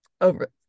over